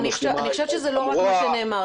אני חושבת שזה לא רק מה שנאמר.